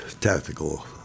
Tactical